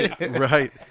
right